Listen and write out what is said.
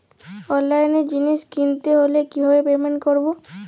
অনলাইনে জিনিস কিনতে হলে কিভাবে পেমেন্ট করবো?